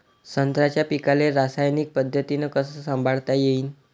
संत्र्याच्या पीकाले रासायनिक पद्धतीनं कस संभाळता येईन?